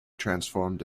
transformed